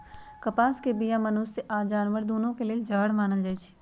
कपास के बीया मनुष्य आऽ जानवर दुन्नों के लेल जहर मानल जाई छै